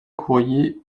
courrier